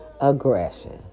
aggression